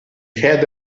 had